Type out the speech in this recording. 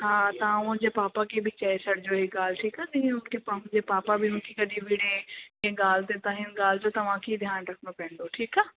हा तव्हां हुनजे पापा खे बि चई छॾिजो इहा ॻाल्हि ठीकु आहे दीदी हुनखे पा हुनजे पापा बि हुनखे कॾहिं विणे कंहिं ॻाल्हि ते त हिन ॻाल्हि जो तव्हांखे ही ध्यानु रखिणो पवंदो